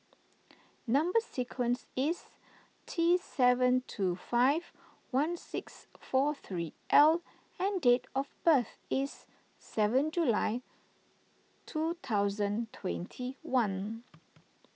Number Sequence is T seven two five one six four three L and date of birth is seven July two thousand twenty one